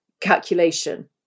calculation